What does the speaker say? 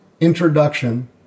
introduction